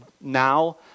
now